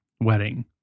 wedding